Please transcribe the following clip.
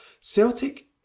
Celtic